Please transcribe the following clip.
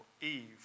Eve